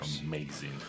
Amazing